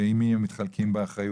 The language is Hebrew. ועם מי הם מתחלקים באחריות.